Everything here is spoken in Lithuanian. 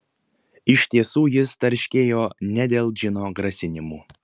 iš tiesų jis tarškėjo ne dėl džino grasinimų